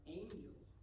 angels